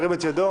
שירים את ידו.